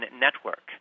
Network